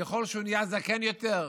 ככל שהוא נהיה זקן יותר,